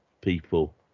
people